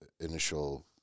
initial